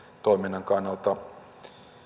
toiminnan kannalta